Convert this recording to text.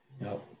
no